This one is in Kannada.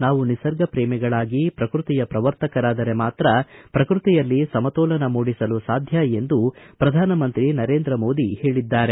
ನಾವು ನಿಸರ್ಗ ಪ್ರೇಮಿಗಳಾಗಿ ಪ್ರಕೃತಿಯ ಪ್ರವರ್ತಕರಾದರೆ ಮಾತ್ರ ಪ್ರಕೃತಿಯಲ್ಲಿ ಸಮತೋಲನ ಮೂಡಿಸಲು ಸಾಧ್ಯ ಎಂದು ಪ್ರಧಾನಮಂತ್ರಿ ನರೇಂದ್ರ ಮೋದಿ ಹೇಳಿದ್ದಾರೆ